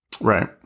Right